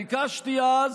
ביקשתי אז,